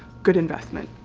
good investment.